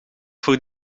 voor